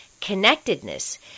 connectedness